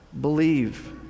believe